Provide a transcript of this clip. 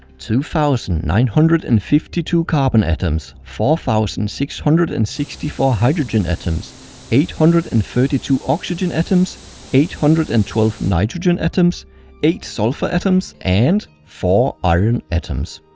two thousand nine hundred and fifty two carbon atoms four thousand six hundred and sixty four hydrogen atoms eight hundred and thirty two oxygen atoms eight hundred and twelve nitrogen atoms eight sulphur atoms and. four iron atoms.